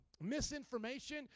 misinformation